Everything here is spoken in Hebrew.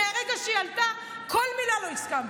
מהרגע שהיא עלתה, לכל מילה לא הסכמתי.